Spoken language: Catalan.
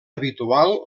habitual